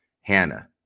Hannah